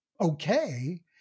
okay